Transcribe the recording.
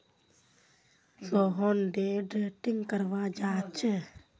Sohan day trading करवा चाह्चे